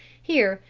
here,